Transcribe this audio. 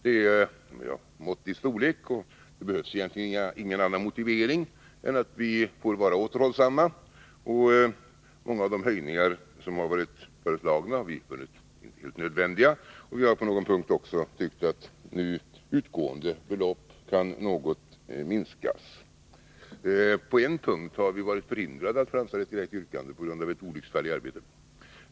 De är av måttlig storlek, och det behövs egentligen ingen annan motivering än att vi får vara återhållsamma. Många av de höjningar som har föreslagits har vi funnit nödvändiga, och vi har på någon punkt också tyckt att nu utgående belopp kan minskas något. På en punkt har vi varit förhindrade att framställa ett direkt yrkande på grund av ett olycksfall i arbetet.